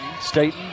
Staten